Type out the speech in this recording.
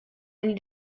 need